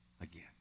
again